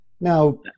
Now